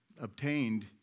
obtained